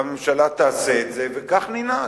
והממשלה תעשה את זה, וכך ננהג.